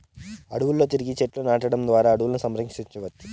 అడవులలో తిరిగి చెట్లను నాటడం ద్వారా అడవులను సంరక్షించవచ్చు